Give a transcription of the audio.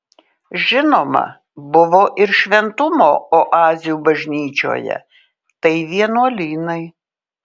žinoma buvo ir šventumo oazių bažnyčioje tai vienuolynai